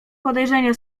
podejrzenie